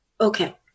Okay